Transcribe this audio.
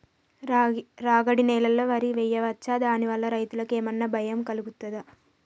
రాగడి నేలలో వరి వేయచ్చా దాని వల్ల రైతులకు ఏమన్నా భయం కలుగుతదా?